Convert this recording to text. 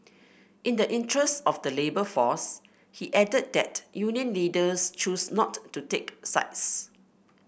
in the interest of the labour force he added that union leaders choose not to take sides